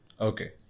Okay